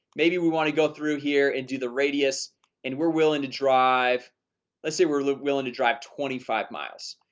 maybe we want to go through here and do the radius and we're willing to drive let's say we're looking to drive twenty five miles.